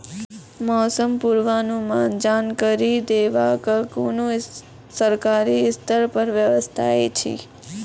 मौसम पूर्वानुमान जानकरी देवाक कुनू सरकारी स्तर पर व्यवस्था ऐछि?